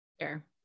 Sure